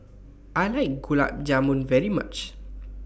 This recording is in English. I like Gulab Jamun very much